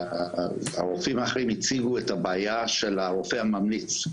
הרופאים האחרים הציגו את הבעיה של הרופא הממליץ.